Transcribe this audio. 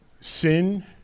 Sin